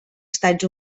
estats